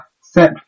set